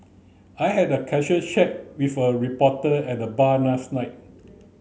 I had a casual chat with a reporter at the bar last night